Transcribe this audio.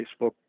Facebook